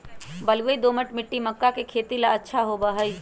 बलुई, दोमट मिट्टी मक्का के खेती ला अच्छा होबा हई